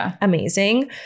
amazing